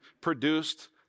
produced